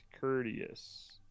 Courteous